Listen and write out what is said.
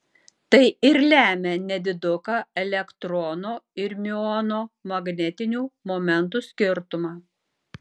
tai ir lemia nediduką elektrono ir miuono magnetinių momentų skirtumą